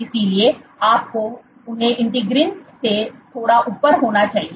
इसलिए आपको उन्हें इंटीग्रीन से थोड़ा ऊपर होना चाहिए